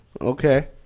Okay